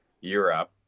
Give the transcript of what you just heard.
Europe